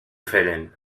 feren